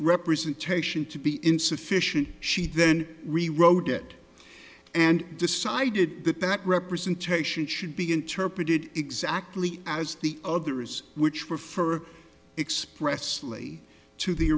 representation to be insufficient she then rewrote it and decided that that representation should be interpreted exactly as the others which refer expressly to the